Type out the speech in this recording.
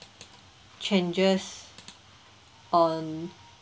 changes on